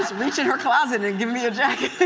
reached in her closet and given me a jacket.